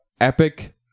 epic